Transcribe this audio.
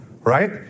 right